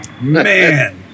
man